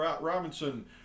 Robinson